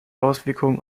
auswirkungen